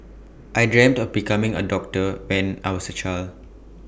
I dreamt of becoming A doctor when I was A child